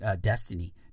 Destiny